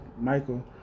Michael